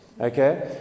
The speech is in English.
okay